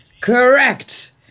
Correct